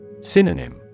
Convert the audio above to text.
Synonym